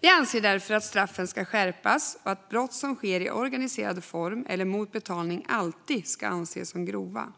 Vi anser därför att straffen ska skärpas och att brott som sker i organiserad form eller mot betalning alltid ska anses som grova.